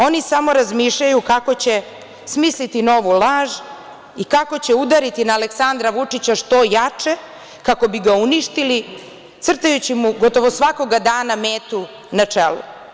Oni samo razmišljaju kako će smisliti novu laž i kako će udariti na Aleksandra Vučića što jače, kako bi ga uništili, crtajući mu gotovo svakog dana metu na čelu.